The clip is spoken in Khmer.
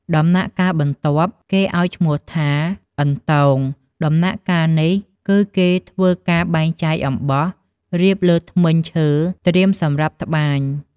ដំណាក់កាលបន្ទាប់គេឲ្យឈ្មោះថាអន្ទង ដំណាក់កាលនេះគឹគេធ្វើការបែងចែកអំបោះរៀបលើធ្មេញឈើត្រៀមសម្រាប់ត្បាញ។